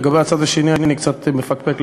לגבי הצד השני אני קצת מפקפק,